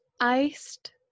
Iced